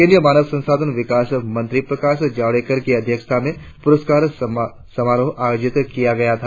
केंद्रीय मानव संसाधन विकास मंत्री प्रकाश जावड़ेकर की अध्यक्षता में पुरस्कार समारोह आयोजित किया गया था